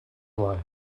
life